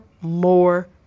more